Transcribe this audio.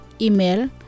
Email